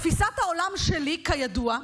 תפיסת העולם שלי, כידוע,